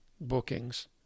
bookings